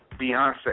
Beyonce